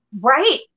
right